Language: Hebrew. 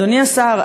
אדוני השר,